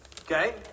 okay